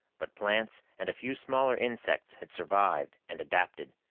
but plants and a few smaller insects had survived and adapted.